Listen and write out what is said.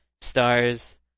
stars